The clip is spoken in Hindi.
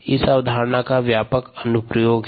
इस अवधारणा का व्यापक अनुप्रयोग हैं